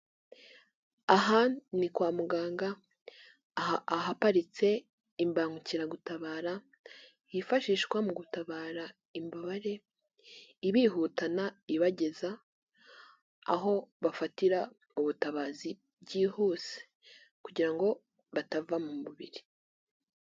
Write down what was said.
Aha ni kwa muganga ahaparitse imbangukiragutabara yifashishwa mu gutabara imbabare, ibihutana ibageza aho bafatira ubutabazi byihuse kugira ngo batava mu mubiri.